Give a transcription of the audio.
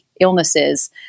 illnesses